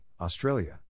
Australia